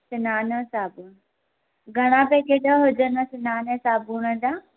सनान जो साबुणु घणा पैकेट हुजनिव सनान जे साबुण जा